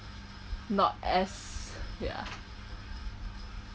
not as ya